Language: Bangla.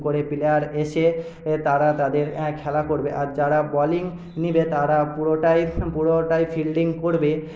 করে পিলার এসে তারা তাদের খেলা করবে আর যারা বলিং নিবে তারা পুরোটাই পুরোটাই ফিল্ডিং করবে